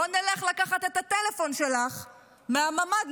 בואי ניקח את הטלפון שלך מהממ"ד,